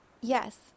yes